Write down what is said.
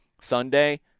Sunday